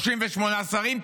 38 שרים?